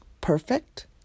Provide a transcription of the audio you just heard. perfect